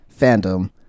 fandom